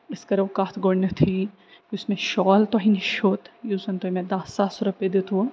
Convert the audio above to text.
أسۍ کَرو کتھ گۄڈنتھٕے یُس شال تۄہہِ نِش ہیوٚت یُس زن تۄہہِ مےٚ دَہ سا رۄپیہِ دیُتوٕ